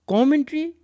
Commentary